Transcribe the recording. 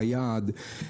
ביעד.